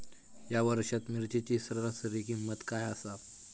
या वर्षात मिरचीची सरासरी किंमत काय आसा?